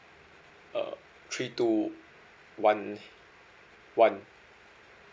uh three two one one